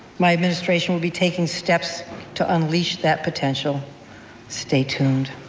my administration will be taking steps to unleash that potential stay tuned.